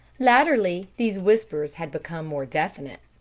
latterly these whispers had become more definite.